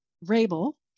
Rabel